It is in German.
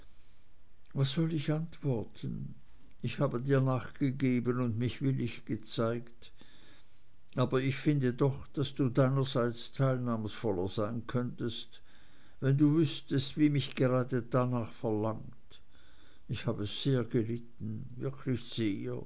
was soll ich antworten ich habe dir nachgegeben und mich willig gezeigt aber ich finde doch daß du deinerseits teilnahmsvoller sein könntest wenn du wüßtest wie mir gerade danach verlangt ich habe sehr gelitten wirklich